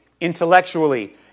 intellectually